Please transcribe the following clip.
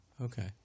Okay